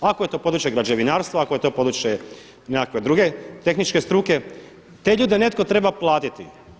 Ako je to područje građevinarstva, ako je to područje nekakve druge tehničke struke te ljude netko treba platiti.